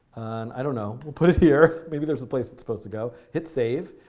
i don't know. we'll put it here. maybe there's a place it's supposed to go. hit save.